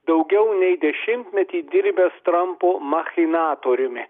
daugiau nei dešimtmetį dirbęs trampo machinatoriumi